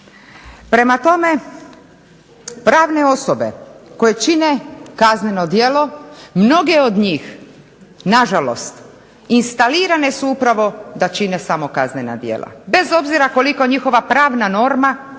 Prema tome, pravne osobe koje čine kazneno djelo mnoge od njih nažalost instalirane su upravo da čine samo kaznena djela, bez obzira koliko njihova pravna norma